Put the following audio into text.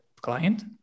client